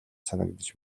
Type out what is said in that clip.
санагдаж